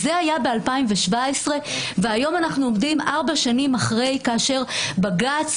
זה היה ב-2017 והיום אנחנו עומדים 4 שנים אחרי כאשר בג"ץ